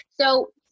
So-